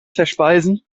verspeisen